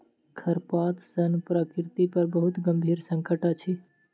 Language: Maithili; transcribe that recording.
खरपात सॅ प्रकृति पर बहुत गंभीर संकट अछि